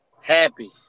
Happy